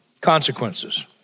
Consequences